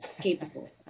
capable